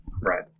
Right